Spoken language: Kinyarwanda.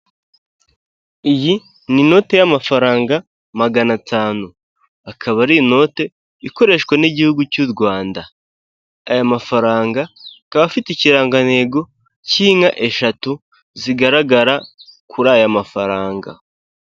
Iyi ni inote y'amafaranga magana atanu akaba ari inote ikoreshwa n'igihugu cy'u Rwanda, aya mafaranga akaba afite ikirangantego cy'inka eshatu zigaragara kuri aya mafaranga.